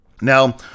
Now